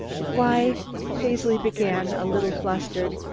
why paisley began, a little flustered,